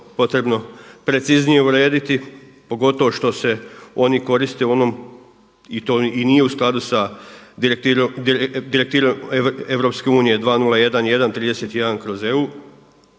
potrebno preciznije urediti pogotovo što se oni koriste u onom i to i nije u skladu sa Direktivom EU 201131/EU